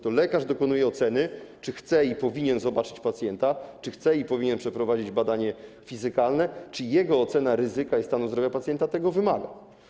To lekarz dokonuje oceny, czy chce i powinien zobaczyć pacjenta, czy chce i powinien przeprowadzić badanie fizykalne, czy jego ocena ryzyka i stanu zdrowia pacjenta tego wymaga.